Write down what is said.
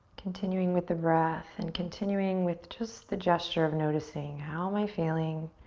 continuing with the breath and continuing with just the gesture of noticing, how am i feeling?